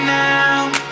now